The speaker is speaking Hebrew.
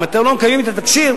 אם אתם לא מקיימים את התקשי"ר,